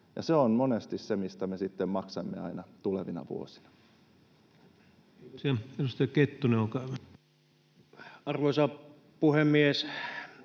se on monesti se, mistä me sitten maksamme aina tulevina vuosina. Kiitoksia. — Edustaja Kettunen, olkaa hyvä. Arvoisa puhemies!